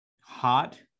hot